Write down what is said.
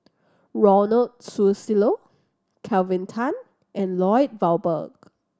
Ronald Susilo Kelvin Tan and Lloyd Valberg